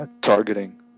targeting